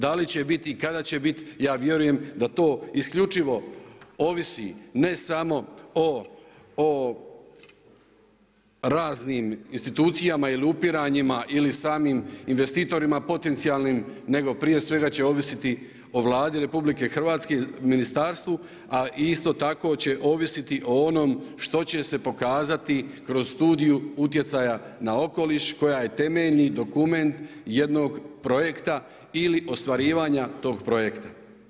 Da li će biti i kada će biti ja vjerujem da to isključivo ovisi ne samo o raznim institucijama ili upiranjima ili samim investitorima, potencijalnim nego prije svega će ovisiti o Vladi RH, ministarstvu, a isto tako će ovisiti o onom što će se pokazati kroz studiju utjecaja na okoliš koja je temeljni dokument jednog projekta ili ostvarivanja tog projekta.